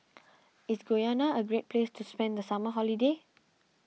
is Guyana a great place to spend the summer holiday